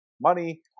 money